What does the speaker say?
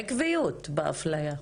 עקביות באפליה.